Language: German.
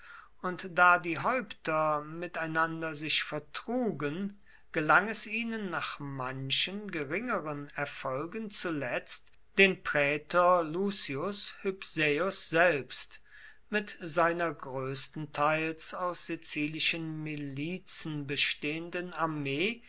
und da die häupter miteinander sich vertrugen gelang es ihnen nach manchen geringeren erfolgen zuletzt den prätor lucius hypsaeus selbst mit seiner größtenteils aus sizilischen milizen bestehenden armee